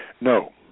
No